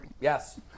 yes